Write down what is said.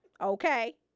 okay